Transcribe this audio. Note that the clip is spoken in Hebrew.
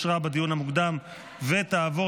אני קובע כי גם הצעה זו אושרה בדיון המוקדם ותעבור